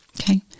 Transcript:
Okay